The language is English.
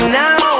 now